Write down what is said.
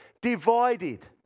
divided